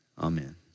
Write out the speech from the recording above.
amen